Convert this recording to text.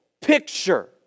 picture